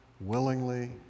willingly